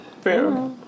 fair